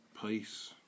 Peace